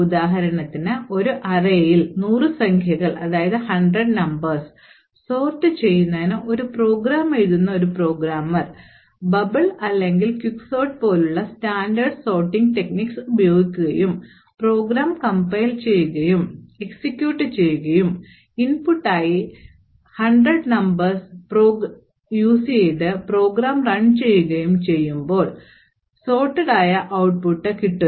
ഉദാഹരണത്തിന് ഒരു അറേയിൽ നൂറു സംഖ്യകൾ സോർട്ട് ചെയ്യുന്നതിന് ഒരു പ്രോഗ്രാം എഴുതുന്ന ഒരു പ്രോഗ്രാമർ ബബിൾ അല്ലെങ്കിൽ ക്വിക്സോർട്ട് പോലുള്ള സ്റ്റാൻഡേർഡ് സോർട്ടിംഗ് ടെക്നിക്സ് ഉപയോഗിക്കുകയും പ്രോഗ്രാം കംപൈൽ ചെയ്യുകയും എക്സിക്യൂട്ട് ചെയ്യുകയും ഇൻപുട്ട് ആയി നൂറു സംഖ്യകളോടെ പ്രോഗ്രാം റൺ ചെയ്യുകയും ചെയ്യുമ്പോൾ സോർട്ട്ഡ ആയ ഔട്ട്പുട്ട് കിട്ടുകയും ചെയ്യും